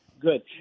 Good